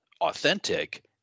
authentic